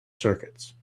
circuits